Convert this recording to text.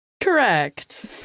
Correct